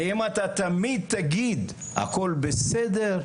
אם אתה תמיד תגיד הכול בסדר,